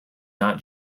not